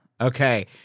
Okay